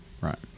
Right